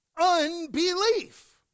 unbelief